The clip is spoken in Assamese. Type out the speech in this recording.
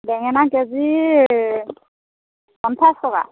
বেঙেনা কে জি পঞ্চাছ টকা